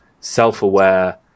self-aware